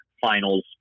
finals